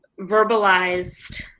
verbalized